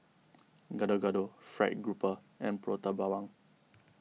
Gado Gado Fried Grouper and Prata Bawang